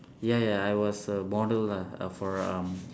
ya ya I was a model lah for um